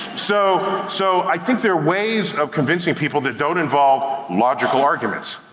so so i think there are ways of convincing people that don't involve logical arguments.